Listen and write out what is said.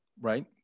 right